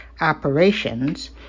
operations